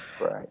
Right